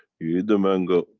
you eat the mango,